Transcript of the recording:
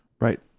Right